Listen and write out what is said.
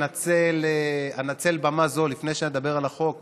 אנצל במה זו לפני שאדבר על החוק